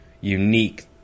unique